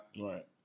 right